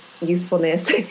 usefulness